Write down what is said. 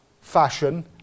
fashion